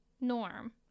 norm